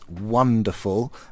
wonderful